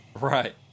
Right